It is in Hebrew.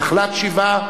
נחלת-שבעה,